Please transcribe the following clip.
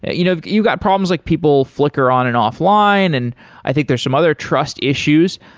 ah you know you got problems like people flicker on and offline, and i think there's some other trust issues.